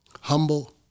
humble